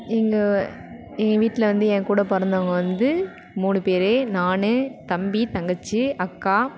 எங்கள் என் வீட்டில் வந்து என் கூட பிறந்தவங்க வந்து மூணு பேர் நான் தம்பி தங்கச்சி அக்கா